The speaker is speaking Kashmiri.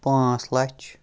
پانٛژھ لَچھ